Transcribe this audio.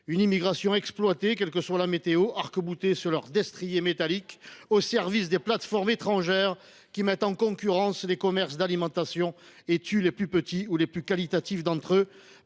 des immigrés exploités, quelle que soit la météo, arc boutés sur leurs destriers métalliques. Ils sont au service des plateformes étrangères qui mettent en concurrence les commerces d’alimentation et tuent les plus petits ou les plus qualitatifs d’entre eux,